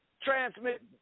Transmit